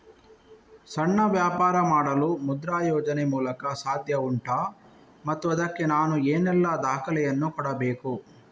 ಸಣ್ಣ ವ್ಯಾಪಾರ ಮಾಡಲು ಮುದ್ರಾ ಯೋಜನೆ ಮೂಲಕ ಸಾಧ್ಯ ಉಂಟಾ ಮತ್ತು ಅದಕ್ಕೆ ನಾನು ಏನೆಲ್ಲ ದಾಖಲೆ ಯನ್ನು ಕೊಡಬೇಕು?